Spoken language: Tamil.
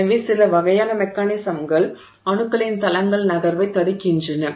எனவே சில வகையான மெக்கானிசம்கள் அணுக்களின் தளங்கள் நகர்வதைத் தடுக்கின்றன